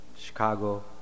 Chicago